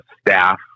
staff